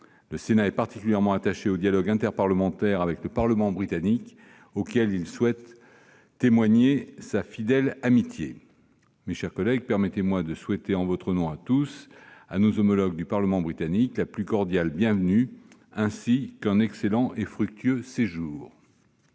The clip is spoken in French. Le Sénat est particulièrement attaché au dialogue interparlementaire avec le Parlement britannique, auquel il souhaite témoigner sa fidèle amitié. Mes chers collègues, permettez-moi de souhaiter, en votre nom à tous, à nos homologues du Parlement britannique, la plus cordiale bienvenue, ainsi qu'un excellent et fructueux séjour.